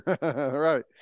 Right